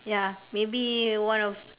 ya maybe one of